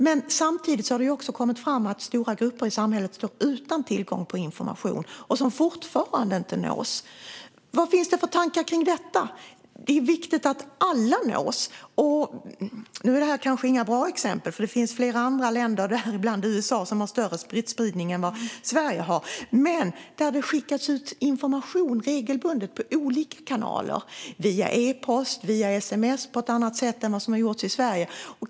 Men samtidigt har det ju kommit fram att stora grupper i samhället har stått utan tillgång till information och fortfarande inte nås. Vad finns det för tankar kring detta? Det är viktigt att alla nås. I flera andra länder - däribland USA, som dock har större smittspridning än Sverige, så det kanske inte är ett bra exempel - har man regelbundet skickat ut information via olika kanaler. Det sker via e-post och via sms på ett annat sätt än i Sverige.